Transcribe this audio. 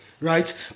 right